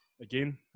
Again